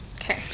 Okay